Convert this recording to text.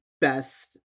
best